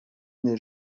n’ai